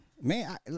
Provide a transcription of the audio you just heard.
Man